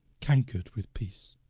canker'd with peace,